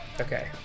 Okay